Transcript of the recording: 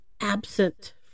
absent